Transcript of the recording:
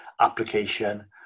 application